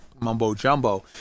mumbo-jumbo